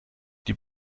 die